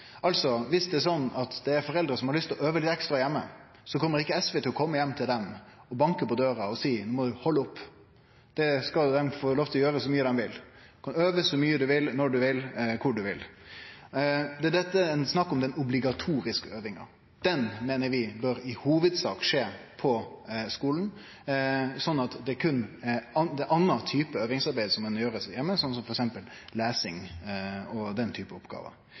Altså: Viss det er slik at det finst foreldre som har lyst til å øve litt ekstra heime, så vil ikkje SV kome heim til dei og banke på døra og seie: «No må du halde opp!» Det skal dei få lov til å gjere så mykje dei vil. Du kan øve så mykje du vil, når du vil, kor du vil. Det det er snakk om her, er den obligatoriske øvinga. Ho meiner vi bør i hovudsak skje på skulen, slik at det er ein annan type øvingsarbeid som kan gjerast heime, som f.eks. lesing og den typen oppgåver.